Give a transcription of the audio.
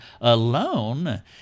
alone